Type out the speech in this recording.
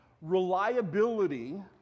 reliability